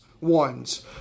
ones